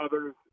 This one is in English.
others